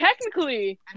Technically